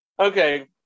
Okay